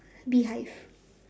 bee hive